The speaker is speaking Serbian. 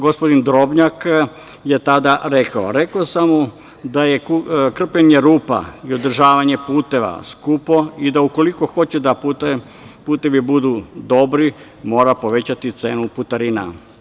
Gospodin Drobnjak je tada rekao – rekao sam mu da je krpljenje rupa i održavanje puteva skupo i da ukoliko hoće da putevi budu dobri, mora povećati cenu putarina.